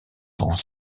sans